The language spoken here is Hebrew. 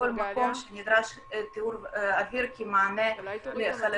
ובכל מקום שנדרש טיהור אויר כמענה בחללים